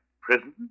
prison